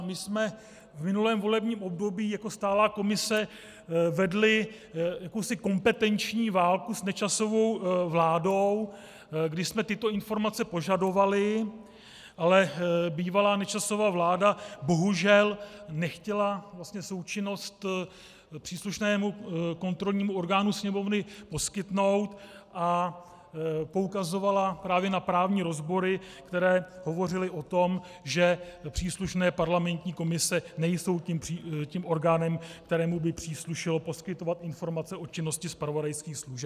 My jsme v minulém volebním období jako stálá komise vedli jakousi kompetenční válku s Nečasovou vládou, kdy jsme tyto informace požadovali, ale bývalá Nečasova vláda bohužel nechtěla součinnost příslušnému kontrolnímu orgánu Sněmovny poskytnout a poukazovala právě na právní rozbory, které hovořily o tom, že příslušné parlamentní komise nejsou tím orgánem, kterým by příslušelo poskytovat informace o činnosti zpravodajských služeb.